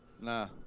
Nah